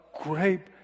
grape